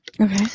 Okay